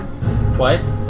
Twice